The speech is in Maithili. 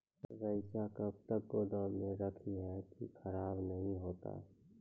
रईचा कब तक गोदाम मे रखी है की खराब नहीं होता?